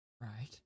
right